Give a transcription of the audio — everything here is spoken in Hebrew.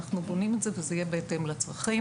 אנחנו בונים את זה וזה יהיה בהתאם לצרכים.